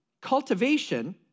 cultivation